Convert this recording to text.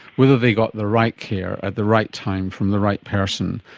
whether they got the right care at the right time from the right person.